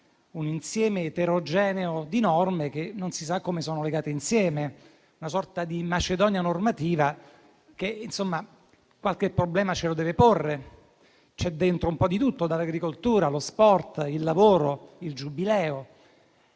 un insieme eterogeneo di norme che non si sa come sono legate insieme; una sorta di macedonia normativa che qualche problema ce lo deve porre. C'è dentro un po' di tutto, dall'agricoltura allo sport, dal lavoro al Giubileo.